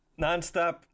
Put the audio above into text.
nonstop